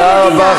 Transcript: תודה רבה לך.